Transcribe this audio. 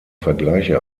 vergleiche